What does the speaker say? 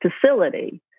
facility